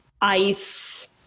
ice